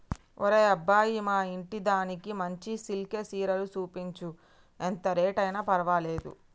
ఒరే అబ్బాయి మా ఇంటిదానికి మంచి సిల్కె సీరలు సూపించు, ఎంత రేట్ అయిన పర్వాలేదు